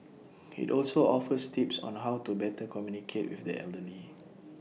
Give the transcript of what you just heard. IT also offers tips on how to better communicate with the elderly